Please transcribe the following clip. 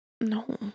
No